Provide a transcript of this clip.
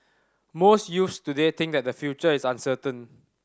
most youths today think that their future is uncertain